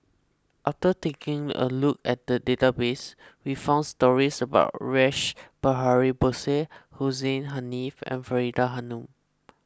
after taking a look at the database we found stories about Rash Behari Bose Hussein Haniff and Faridah Hanum